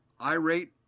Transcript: irate